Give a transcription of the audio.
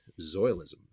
zoilism